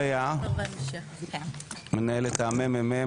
נתונים שהודיה והצוות שלה מהמחקר הוציאו,